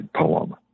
poem